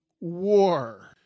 war